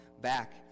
back